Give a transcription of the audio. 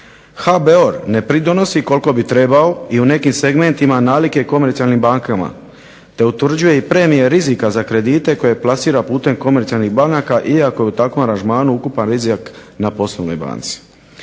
HBOR ne pridonosi koliko bi trebao i u nekim segmentima nalik je komercijalnim bankama te utvrđuje premije rizika za kredite koje plasira putem komercijalnih banaka iako u takvom aranžmanu je ukupan rizik na poslovnoj banci.